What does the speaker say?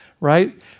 right